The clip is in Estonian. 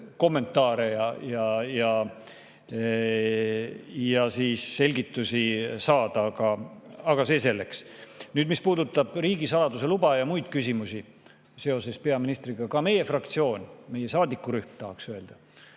kommentaare ja selgitusi saada, aga see selleks. Mis puudutab riigisaladuse luba ja muid küsimusi seoses peaministriga, siis ka meie fraktsioon, meie saadikurühm, on